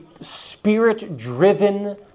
spirit-driven